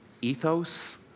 ethos